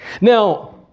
Now